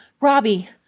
Robbie